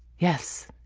yes.